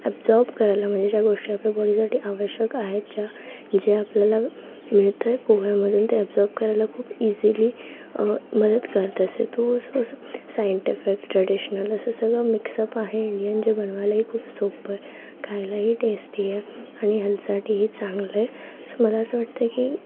absorb करायला म्हणजे ज्या गोष्टी आपल्या बॉडीसाठी आवश्यक आहेत ज्या जे आपल्याला मिळतं आहे पोह्यामधून ते ॲबझॉब करायला खूप इजिली मदत करतं असं थोस असं सायंटिफिक ट्रेडिशनल असं सगळं मिक्सअप आहे इंडियन जे बनवायलाही खूप सोपंय खायलाही टेस्टी आहे आणि हेल्थसाठीही चांगलं आहे सो मला असं वाटतं की